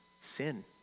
sin